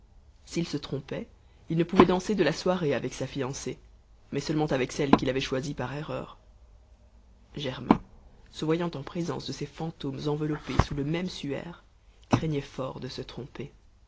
s'il se trompait il ne pouvait danser de la soirée avec sa fiancée mais seulement avec celle qu'il avait choisie par erreur germain se voyant en présence de ces fantômes enveloppés sous le même suaire craignait fort de se tromper